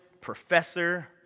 professor